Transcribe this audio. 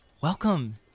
welcome